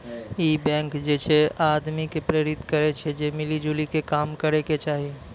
इ बैंक जे छे आदमी के प्रेरित करै छै जे मिली जुली के काम करै के चाहि